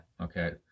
okay